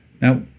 Now